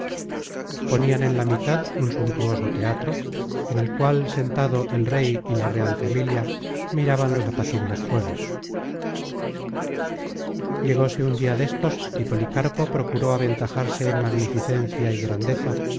ponian en la mitad un suntuoso teatro en el cual sentado el rey y la real familia miraban los apacibles juegos llegóse un dia content from google book search generated at destos y policarpo procuró aventajarse en magnificencia y grandeza